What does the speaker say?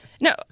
No